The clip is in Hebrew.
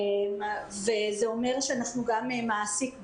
זה אומר שאנחנו גם מעסיק גדול.